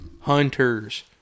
hunters